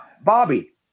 Bobby